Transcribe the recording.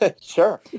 Sure